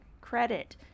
credit